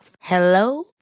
Hello